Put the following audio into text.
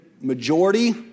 majority